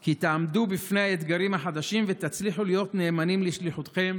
כי תעמדו בפני האתגרים החדשים ותצליחו להיות נאמנים לשליחותכם.